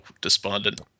despondent